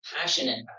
passionate